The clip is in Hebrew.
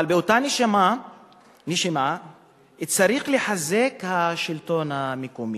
אבל באותה נשימה צריך לחזק את השלטון המקומי,